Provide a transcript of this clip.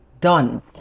done